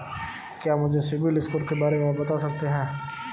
क्या मुझे CIBIL score के बारे में आप बता सकते हैं?